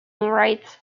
wright